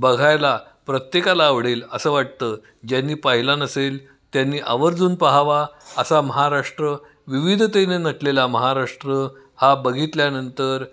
बघायला प्रत्येकाला आवडेल असं वाटतं ज्यांनी पाहिला नसेल त्यांनी आवर्जून पहावा असा महाराष्ट्र विविधतने नटलेला महाराष्ट्र हा बघितल्यानंतर